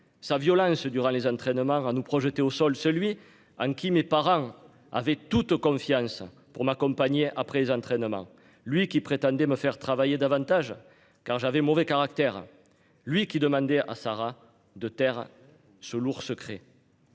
sa violence durant les entraînements à nous projeter au sol celui. Qui, mes parents avaient toute confiance pour m'accompagner après les entraînements, lui qui prétendait me faire travailler davantage quand j'avais mauvais caractère. Lui qui demandait à Sarah de terre ce lourd secret.